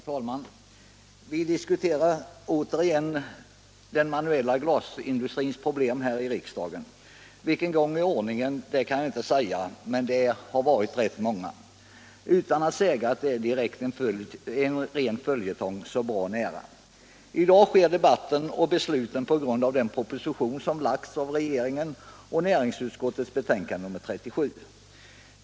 Herr talman! Vi diskuterar åter den manuella glasindustrins problem här i riksdagen. För vilken gång i ordningen kan jag inte säga, men det har bra nära varit en hel följetong. I dag sker debatten och fattas besluten på grund av den proposition som lagts av regeringen samt näringsutskottets betänkande nr 37.